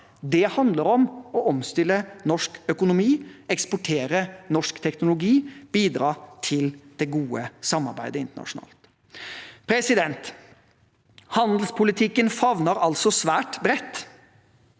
Det handler om å omstille norsk økonomi, eksportere norsk teknologi og bidra til det gode samarbeidet internasjonalt. Handelspolitikken favner altså svært bredt,